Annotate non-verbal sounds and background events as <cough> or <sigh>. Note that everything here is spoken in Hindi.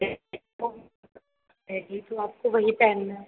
<unintelligible> रहेगी तो आपको वही पहनना है